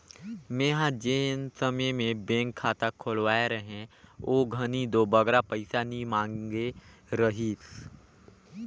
मेंहा जेन समे में बेंक खाता खोलवाए रहें ओ घनी दो बगरा पइसा नी मांगे रहिस